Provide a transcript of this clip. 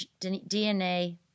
DNA